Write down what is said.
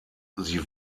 sie